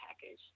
package